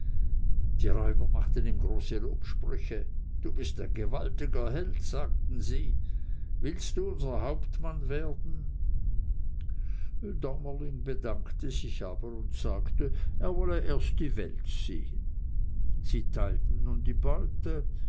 die räuber machten ihm große lobsprüche du bist ein gewaltiger held sagten sie willst du unser hauptmann werden daumerling bedankte sich aber und sagte er wollte erst die welt sehen sie teilten nun die beute